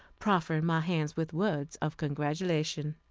proffering my hand with words of congratulation.